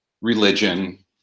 religion